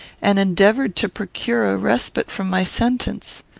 and endeavoured to procure a respite from my sentence.